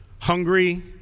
hungry